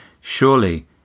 Surely